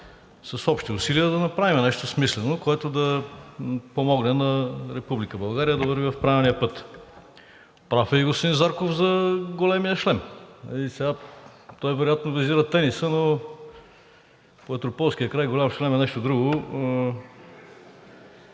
с общи усилия да направим нещо смислено, което да помогне на Република България да върви в правилния път. Прав е и господин Зарков за големия шлем. Той вероятно визира тениса, но по етрополския край голям шлем е нещо друго.